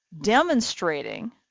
demonstrating